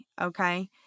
Okay